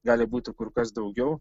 gali būti kur kas daugiau